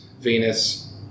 Venus